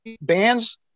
bands